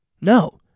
No